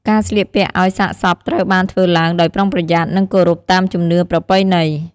ការស្លៀកពាក់អោយសាកសពត្រូវបានធ្វើឡើងដោយប្រុងប្រយ័ត្ន និងគោរពតាមជំនឿប្រពៃណី។